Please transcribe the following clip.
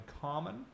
common